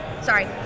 sorry